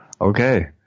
okay